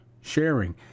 sharing